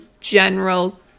general